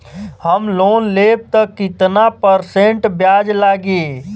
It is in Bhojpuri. हम लोन लेब त कितना परसेंट ब्याज लागी?